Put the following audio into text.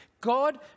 God